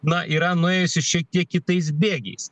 na yra nuėjusi šitiek kitais bėgiais